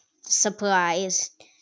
surprised